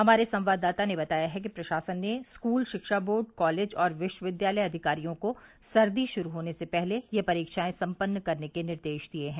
हमारे संवाददाता ने बताया है कि प्रशासन ने स्कूल शिक्षा बोर्ड कॉलेज और विश्वविद्यालय अधिकारियों को सर्दी शुरू होने से पहले ये परीक्षाएं सम्पन्न करने के निर्देश दिये हैं